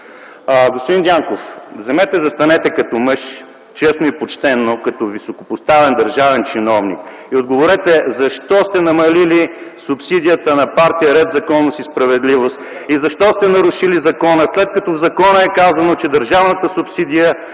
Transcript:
Дянков, вземете и застанете като мъж, честно и почтено, като високопоставен държавен чиновник и отговорете защо сте намалили субсидията на Партия „Ред, законност и справедливост” и защо сте нарушили закона! В закона е казано, че: „Държавната субсидия